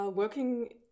Working